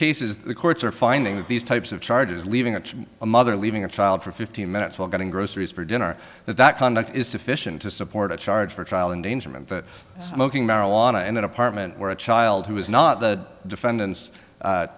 cases the courts are finding that these types of charges leaving a mother leaving a child for fifteen minutes while getting groceries for dinner that that conduct is sufficient to support a charge for child endangerment but smoking marijuana in an apartment where a child who is not the defendants